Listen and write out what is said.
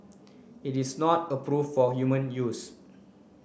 it is not approve for human use